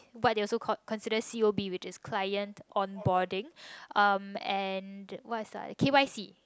what they also called consider C_O_B which is client onboarding um and what's that ah K_Y_C